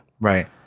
Right